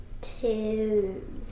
Two